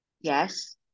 Yes